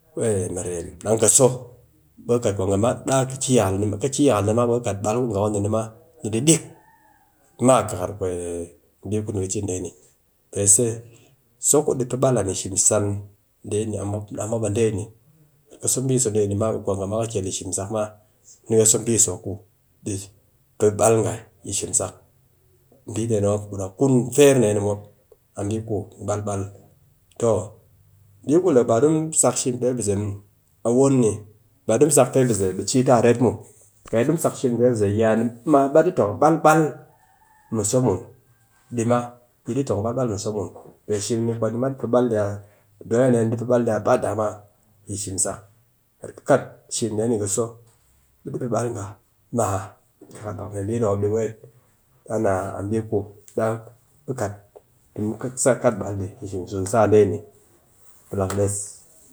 mɨrem dang ka so, ɓe kɨ kat kwa nga ma, dang ka yakal ni be ka kat ɓal ku nga ku ni ni dik ma kakar mbi ku di ka cin dee ni. Pe sɨse, so ku di pe ɓalan shimsan dee ni a mop a dee ni. Ka so mbi so dee ni ɓe kwa nga ma ka kel shimsak ni ka so mbi so ku di pe ɓal ngayi shimsak. Mbi dee ni mop guda kun, feerdee ni ni mop a mbi ku bal. Toh mbi ku ba di mu sak shim pe bise muw, a wen ni. Ba di mu sak pe bise be ci taa a ret muw, kat yi di mu sak shim pe bise, ya ni di tong a ɓal ɓal mɨ mi so mun di ma. Yi di ton a ɓal ɓal mi so mun. Pe bal di a ba dama yi shimshik, kat kɨ kat shim dee ni ka so be di pe ɓal nga ma, pak mee mbi ni di weet. Daa naa a mbi ku da kat ti mu kat bal di yi shimsun tsee a dee ni, plang des.